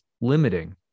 limiting